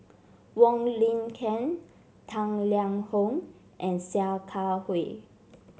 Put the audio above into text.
Wong Lin Ken Tang Liang Hong and Sia Kah Hui